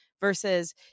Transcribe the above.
versus